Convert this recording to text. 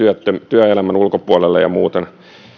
työelämän ulkopuolelle ja muuten